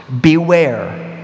beware